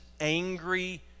angry